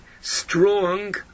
strong